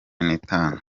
nitanu